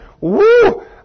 woo